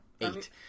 eight